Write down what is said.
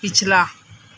ਪਿਛਲਾ